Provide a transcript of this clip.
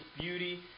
beauty